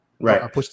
Right